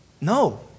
No